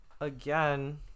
again